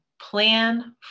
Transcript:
Plan